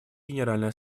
генеральной